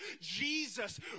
Jesus